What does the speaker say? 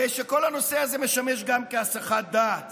הרי שכל הנושא הזה משמש גם כהסחת דעת